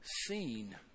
seen